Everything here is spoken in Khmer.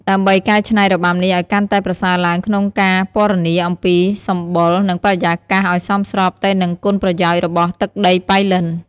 ដើម្បីកែច្នៃរបាំនេះឲ្យកាន់តែប្រសើរឡើងក្នុងការពណ៌នាអំពីសម្ផស្ស និងបរិយាកាសឲ្យសមស្របទៅនឹងគុណប្រយោជន៍របស់ទឹកដីប៉ៃលិន។